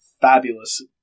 fabulous